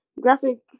graphic